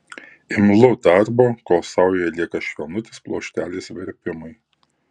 imlu darbo kol saujoje lieka švelnutis pluoštelis verpimui